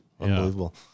Unbelievable